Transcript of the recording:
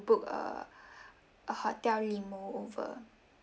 book a a hotel limo over